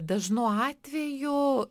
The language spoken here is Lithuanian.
dažnu atveju